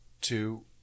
two